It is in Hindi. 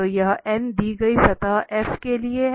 तो यह दी गई सतह f के लिए है